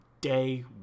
day